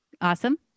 Awesome